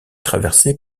traversée